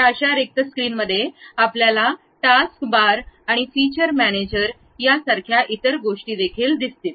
त्या स्क्रीनमध्ये आपल्याला टास्कबार आणि फीचर मॅनेजर या सारख्या इतर गोष्टी दिसतील